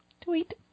Tweet